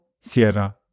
Sierra